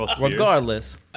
regardless